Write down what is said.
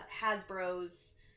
hasbro's